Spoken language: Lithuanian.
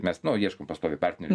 mes nu ieškom pastoviai partnerių